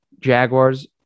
jaguars